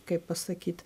kaip pasakyt